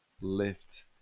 lift